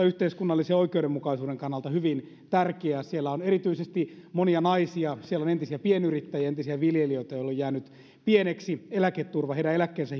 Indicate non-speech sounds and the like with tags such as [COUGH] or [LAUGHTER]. [UNINTELLIGIBLE] yhteiskunnallisen oikeudenmukaisuuden kannalta hyvin tärkeää siellä on erityisesti monia naisia siellä on entisiä pienyrittäjiä ja entisiä viljelijöitä joilla on jäänyt pieneksi eläketurva heidän eläkkeensä [UNINTELLIGIBLE]